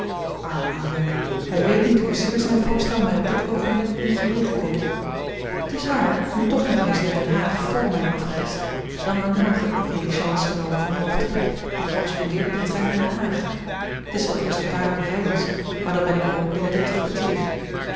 arme jongen hij weet niet hoezeer zijn voorstel mij op dit oogenblik ongelegen komt t is waar ik moet toch nog eens naar den haag vr mijne afreis dan maar morgen de diligence genomen van half drie die correspondeert met den trein naar den haag t is wel eerst een paar uur rijdens maar dan ben ik er ook binnen de driekwartier